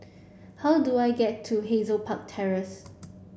how do I get to Hazel Park Terrace